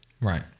Right